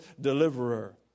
deliverer